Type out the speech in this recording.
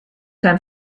kein